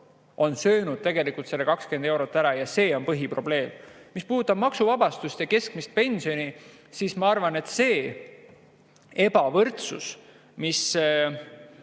on tegelikult söönud selle 20 eurot ära, see on põhiprobleem. Mis puudutab maksuvabastust ja keskmist pensioni, siis ma arvan, et see ebavõrdsus, mis